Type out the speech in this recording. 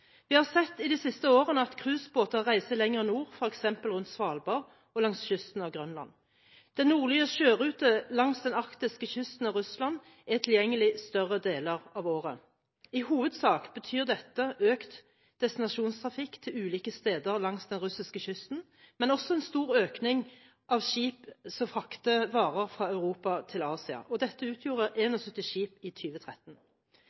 Vi har sett i de siste årene at cruisebåter reiser lenger nord, f.eks. rundt Svalbard og langs kysten av Grønland. Den nordlige sjørute langs den arktiske kysten av Russland er tilgjengelig større deler av året. I hovedsak betyr dette økt destinasjonstrafikk til ulike steder langs den russiske kysten, men også en stor økning av skip som frakter varer fra Europa til Asia. Dette utgjorde